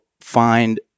find